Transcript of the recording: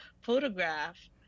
photograph